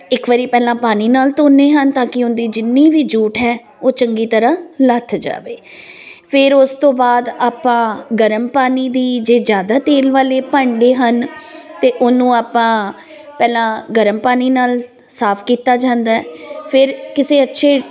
ਇੱਕ ਵਾਰੀ ਪਹਿਲਾਂ ਪਾਣੀ ਨਾਲ ਧੋਨੇ ਹਨ ਤਾਂ ਕਿ ਉਹਦੀ ਜਿੰਨੀ ਵੀ ਜੂਠ ਹੈ ਉਹ ਚੰਗੀ ਤਰ੍ਹਾਂ ਲੱਥ ਜਾਵੇ ਫਿਰ ਉਸ ਤੋਂ ਬਾਅਦ ਆਪਾਂ ਗਰਮ ਪਾਣੀ ਦੀ ਜੇ ਜਿਆਦਾ ਤੇਲ ਵਾਲੇ ਭਾਂਡੇ ਹਨ ਤੇ ਉਹਨੂੰ ਆਪਾਂ ਪਹਿਲਾਂ ਗਰਮ ਪਾਣੀ ਨਾਲ ਸਾਫ ਕੀਤਾ ਜਾਂਦਾ ਫਿਰ ਕਿਸੇ ਅੱਛੇ